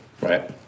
Right